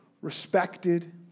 respected